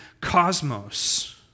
cosmos